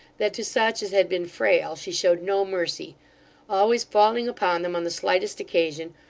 that to such as had been frail she showed no mercy always falling upon them on the slightest occasion,